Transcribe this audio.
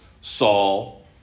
Saul